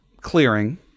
clearing